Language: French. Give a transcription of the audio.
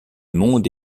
monde